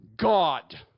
god